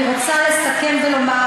אני רוצה לסכם ולומר,